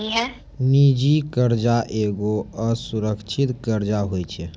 निजी कर्जा एगो असुरक्षित कर्जा होय छै